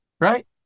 Right